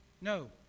No